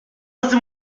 senti